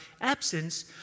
absence